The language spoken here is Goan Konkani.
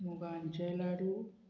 मुगांचे लाडू